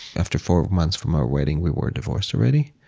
after four months from our wedding, we were divorced already.